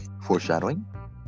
Foreshadowing